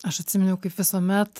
aš atsiminiau kaip visuomet